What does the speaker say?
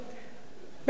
באמת.